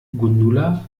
gundula